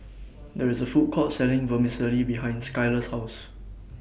There IS A Food Court Selling Vermicelli behind Skylar's House